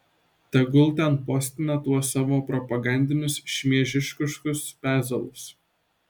tegul ten postina tuos savo propagandinius šmeižikiškus pezalus